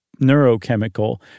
neurochemical